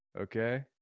Okay